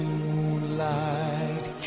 moonlight